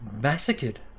massacred